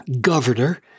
governor